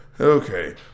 Okay